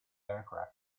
aircraft